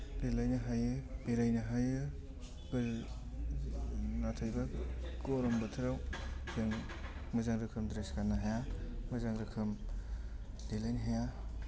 देलायनो हायो बेरायनो हायो नाथायबा गरम बोथोराव जों मोजां रोखोम द्रेस गान्नो हाया मोजां रोखोम देलायनो हाया